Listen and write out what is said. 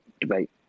debate